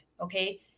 Okay